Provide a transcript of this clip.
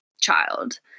child